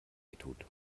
wehtut